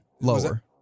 lower